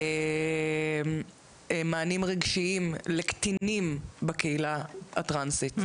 מענים רגשיים לקטינים בקהילה הטרנסית.